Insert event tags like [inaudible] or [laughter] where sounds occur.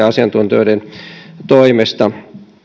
[unintelligible] asiantuntijoiden toimesta